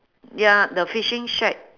ya the fishing shack